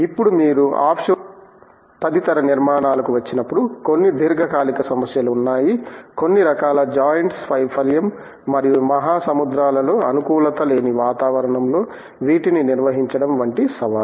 ఇప్పుడు మీరు ఆఫ్షోర్ తద్ధితర నిర్మాణాలకు వచ్చినప్పుడు కొన్ని దీర్ఘకాలిక సమస్యలు ఉన్నాయి కొన్ని రకాల జాయింట్స్ వైఫల్యం మరియు మహాసముద్రాలలో అనుకూలతలేని వాతావరణంలో వీటిని నిర్వహించడం వంటివి సవాళ్లు